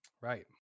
Right